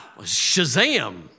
shazam